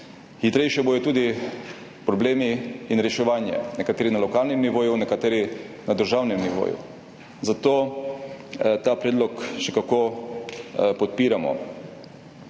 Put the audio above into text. Hitrejše bo tudi reševanje problemov, nekaterih na lokalnem nivoju, nekaterih na državnem nivoju, zato ta predlog še kako podpiramo.